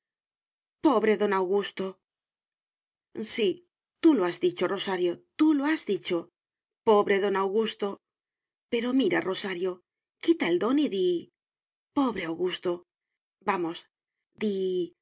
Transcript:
pobre don augusto sí tú lo has dicho rosario tú lo has dicho pobre don augusto pero mira rosario quita el don y di pobre augusto